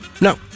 no